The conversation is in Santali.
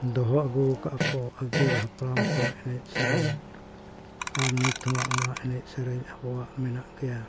ᱫᱚᱦᱚ ᱟᱹᱜᱩ ᱟᱠᱟᱫᱠᱚ ᱟᱹᱜᱤᱞ ᱦᱟᱯᱲᱟᱢ ᱠᱷᱚᱱ ᱮᱱᱮᱡᱼᱥᱮᱨᱮᱧ ᱟᱨ ᱱᱤᱛᱦᱚᱸ ᱚᱱᱟ ᱮᱱᱮᱡᱼᱥᱮᱨᱮᱧ ᱟᱵᱚᱣᱟᱜ ᱢᱮᱱᱟᱜ ᱜᱮᱭᱟ